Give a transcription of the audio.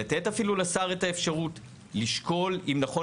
לתת אפילו לשר את האפשרות לשקול אם נכון